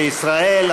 לישראל,